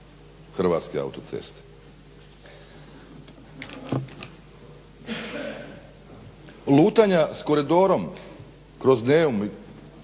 hrvatske autoceste. Lutanja s Koridorom kroz Neum